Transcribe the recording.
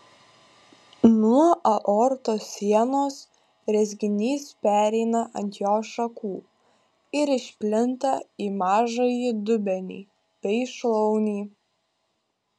nuo aortos sienos rezginys pereina ant jos šakų ir išplinta į mažąjį dubenį bei šlaunį